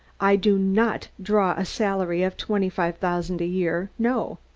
i do not draw a salary of twenty-five thousand a year, no.